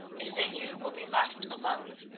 is that you will be left alone.